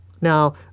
now